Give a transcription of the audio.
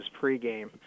pregame